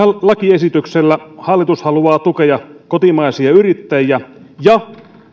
lakiesityksellä hallitus haluaa tukea kotimaisia yrittäjiä ja